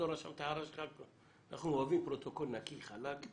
אוהבים פרוטוקול חלק,